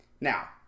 Now